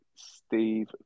Steve